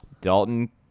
Dalton